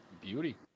beauty